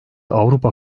avrupa